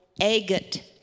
agate